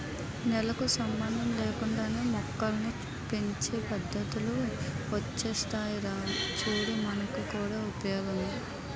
నేలకు సంబంధం లేకుండానే మొక్కల్ని పెంచే పద్దతులు ఒచ్చేసాయిరా చూడు మనకు కూడా ఉపయోగమే